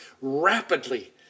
rapidly